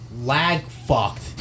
lag-fucked